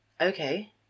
Okay